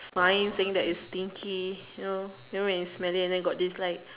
flying thing that is stinky you know and when you smell it and got this it's like